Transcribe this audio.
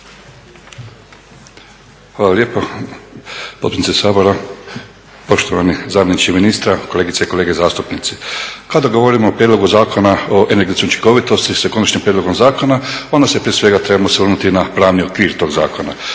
Hvala lijepo potpredsjednice Sabora, poštovani zamjeniče ministra, kolegice i kolege zastupnici. Kada govorimo o prijedlogu Zakona o energetskoj učinkovitosti s konačnim prijedlogom zakona onda se prije svega trebamo osvrnuti na pravi okvir toga zakona.